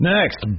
Next